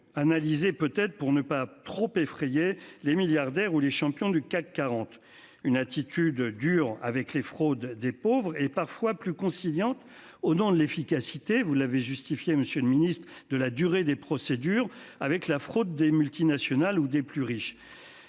analyser peut-être pour ne pas trop effrayer les milliardaires où les champions du CAC 40. Une attitude dure avec les fraudes des pauvres et parfois plus conciliante au nom de l'efficacité, vous l'avez justifié Monsieur le Ministre de la durée des procédures avec la fraude des multinationales ou des plus riches.